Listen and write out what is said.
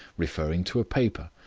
referring to a paper.